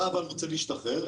אתה רוצה להשתחרר?